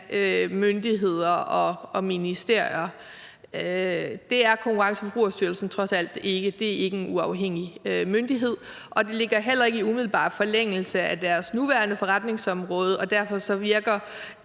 myndigheder og ministerier? Det er Konkurrence- og Forbrugerstyrelsen trods alt ikke, altså en uafhængig myndighed, og det ligger heller ikke i umiddelbar forlængelse af deres nuværende forretningsområde, og derfor virker